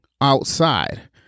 outside